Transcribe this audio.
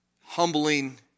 Humbling